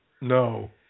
No